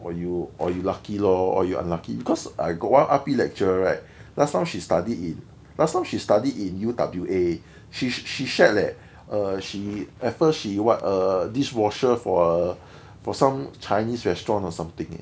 or you or you lucky lor or you unlucky because I got one R_P lecturer right last time she studied in last time she study in U_W_A she she shared that she err at first she what a dishwasher for uh for some chinese restaurant or something